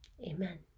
Amen